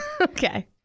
Okay